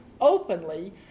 openly